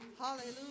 Hallelujah